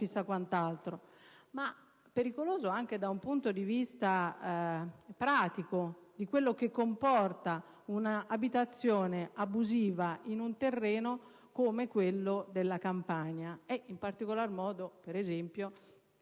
ma è pericoloso anche da un punto di vista pratico, di quello che comporta un'abitazione abusiva in un territorio come quello campano, in particolar modo, per esempio,